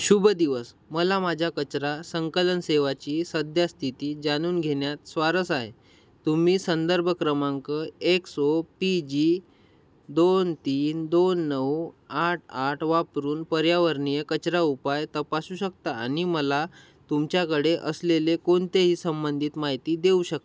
शुभ दिवस मला माझ्या कचरा संकलन सेवाची सध्या स्थिती जाणून घेण्यात स्वारस्य आहे तुम्ही संदर्भ क्रमांक एक्सो पी जी दोन तीन दोन नऊ आठ आठ वापरून पर्यावरणीय कचरा उपाय तपासू शकता आणि मला तुमच्याकडे असलेले कोणतेही संबंधित माहिती देऊ शकता